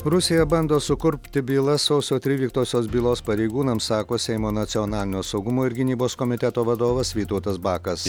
rusija bando sukurpti bylas sausio tryliktosios bylos pareigūnams sako seimo nacionalinio saugumo ir gynybos komiteto vadovas vytautas bakas